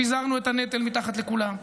פיזרנו את הנטל מתחת לכולם,